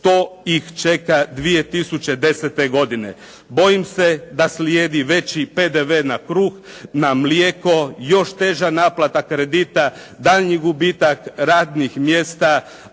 što ih čeka 2010. godine. Bojim se da slijedi veći PDV na kruh, na mlijeko. Još teža naplata kredita, daljnji gubitak radnih mjesta,